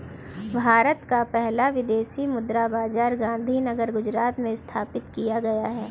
भारत का पहला विदेशी मुद्रा बाजार गांधीनगर गुजरात में स्थापित किया गया है